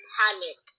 panic